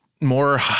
more